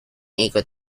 ikut